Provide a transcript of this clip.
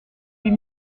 huit